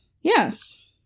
Yes